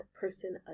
person